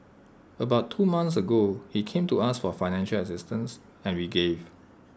about two months ago he came to us for financial assistance and we gave